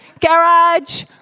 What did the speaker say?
garage